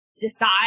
decide